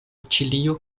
ĉilio